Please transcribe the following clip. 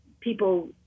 people